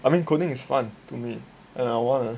I mean coding is fun to me and I wanna